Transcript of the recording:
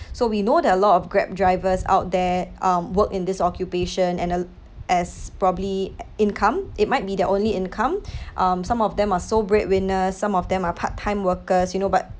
so we know there are a lot of grab drivers out there um work in this occupation and a as probably income it might be their only income um some of them are sole breadwinners some of them are part time workers you know but